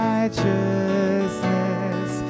Righteousness